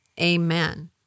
Amen